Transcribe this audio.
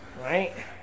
Right